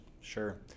sure